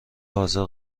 حاضر